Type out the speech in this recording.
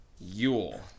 yule